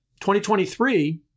2023